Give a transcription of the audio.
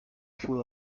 full